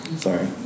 sorry